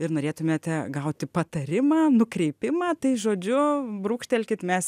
ir norėtumėte gauti patarimą nukreipimą tai žodžiu brūkštelkit mes